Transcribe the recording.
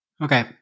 Okay